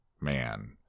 man